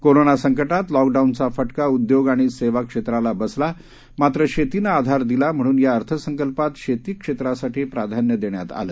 corona संकटात लॉकडाऊनचा फटका उद्योग आणि सेवा क्षेत्राला बसला मात्र शेतीने आधार दिला म्हणून या अर्थसंकल्पात शेती क्षेत्रासाठी प्राधान्य देण्यात आलं